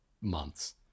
months